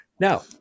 Now